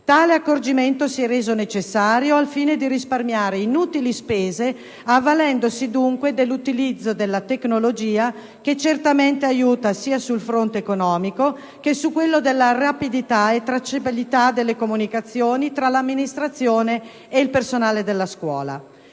Tale accorgimento si è reso necessario al fine di risparmiare inutili spese avvalendosi dell'utilizzo della tecnologia che certamente aiuta sia sul fronte economico che sul fronte della rapidità e tracciabilità delle comunicazioni tra l'amministrazione ed il personale della scuola.